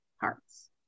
parts